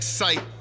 sight